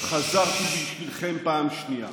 חזרתי בשבילכם פעם שנייה.